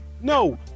No